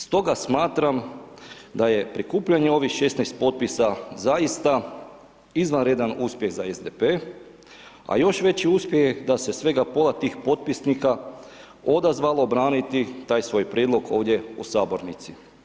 Stoga smatram da je prikupljanje ovih 16 potpisa zaista izvanredan uspjeh za SDP-e, a još veći uspjeh je da se svega pola tih potpisnika odazvalo braniti taj svoj prijedlog ovdje u sabornici.